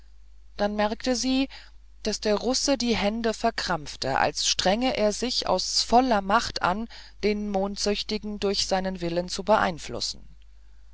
dann bemerkte sie daß der russe die hände verkrampfte als strenge er sich aus voller macht an den mondsüchtigen durch seinen willen zu beeinflussen